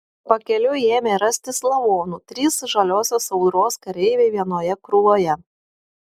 pakeliui ėmė rastis lavonų trys žaliosios audros kareiviai vienoje krūvoje